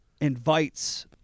invites